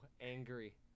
angry